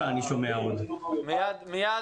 אני חושב שזה יביא איזשהו סמן חשוב למדינת ישראל בהיבט